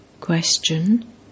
Question